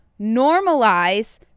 normalize